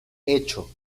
hecho